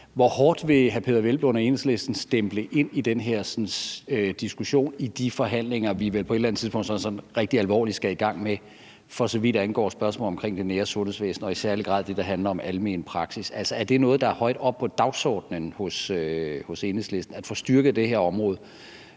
hvor hårdt hr. Peder Hvelplund og Enhedslisten vil stemple ind i den her diskussion i de forhandlinger, vi vel på et eller andet tidspunkt alvorligt skal i gang med, for så vidt angår spørgsmålet om det nære sundhedsvæsen og i særlig grad det, der handler om almen praksis. Altså, er det noget, der er højt oppe på dagsordenen hos Enhedslisten, altså at få styrket det her område